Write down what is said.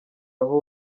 aho